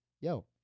yo